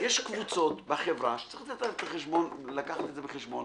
יש קבוצות בחברה שצריך לקחת את זה בחשבון